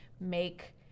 make